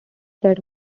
that